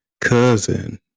cousin